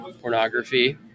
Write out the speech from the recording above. Pornography